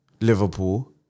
Liverpool